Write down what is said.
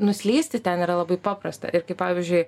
nuslysti ten yra labai paprasta ir kaip pavyzdžiui